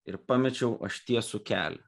ir pamečiau aš tiesų kelią